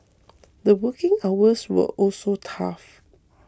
the working hours were also tough